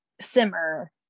simmer